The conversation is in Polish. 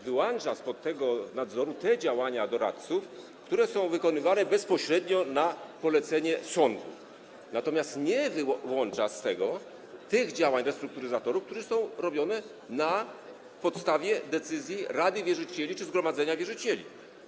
Wyłącza spod tego nadzoru te działania doradców, które są wykonywane bezpośrednio na polecenie sądu, natomiast nie wyłącza z tego tych działań restrukturyzatorów, które są wykonywane na podstawie decyzji rady wierzycieli czy zgromadzenia wierzycieli.